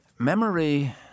Memory